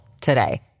today